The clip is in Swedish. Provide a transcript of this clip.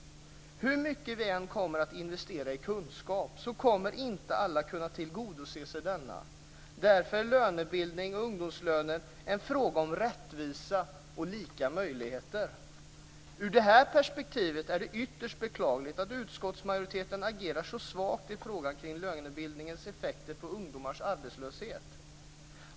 Hur mycket vi än kommer att investera i kunskap kommer inte alla att kunna tillgodoses. Därför är lönebildning och ungdomslöner en fråga om rättvisa och lika möjligheter. Ur det perspektivet är det ytterst beklagligt att utskottsmajoriteten agerar så svagt i frågan kring lönebildningens effekter på ungdomars arbetslöshet.